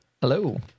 Hello